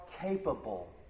capable